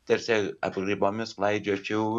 tarsi apgraibomis klaidžiočiau